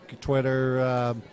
Twitter